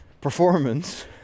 performance